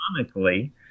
economically